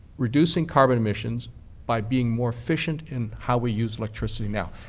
reducing carbon emissions by being more efficient in how we use electricity now.